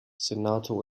senator